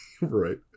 right